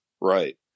Right